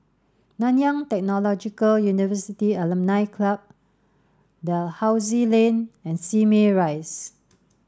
Nanyang Technological University Alumni Club Dalhousie Lane and Simei Rise